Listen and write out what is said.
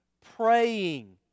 Praying